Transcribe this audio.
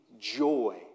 joy